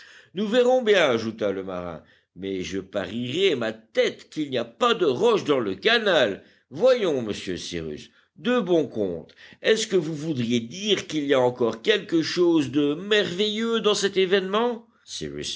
nous verrons bien ajouta le marin mais je parierais ma tête qu'il n'y a pas de roches dans le canal voyons monsieur cyrus de bon compte est-ce que vous voudriez dire qu'il y a encore quelque chose de merveilleux dans cet événement